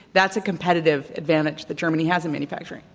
that's a competitive advantage that germany has in manufacturing.